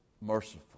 merciful